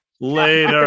later